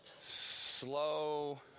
slow